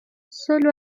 solo